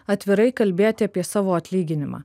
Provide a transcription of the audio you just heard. atvirai kalbėti apie savo atlyginimą